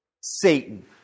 Satan